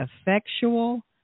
effectual